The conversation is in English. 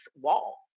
wall